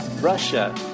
Russia